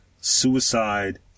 suicide